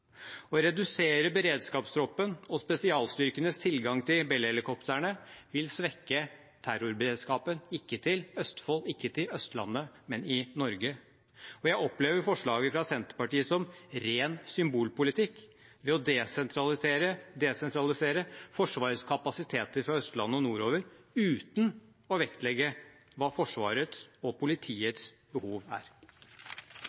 Å redusere beredskapstroppen og spesialstyrkenes tilgang til Bell-helikoptrene vil svekke terrorberedskapen – ikke til Østfold, ikke til Østlandet, men i Norge. Jeg opplever forslaget fra Senterpartiet som ren symbolpolitikk ved å desentralisere Forsvarets kapasiteter fra Østlandet og nordover uten å vektlegge hva Forsvarets og